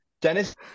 Dennis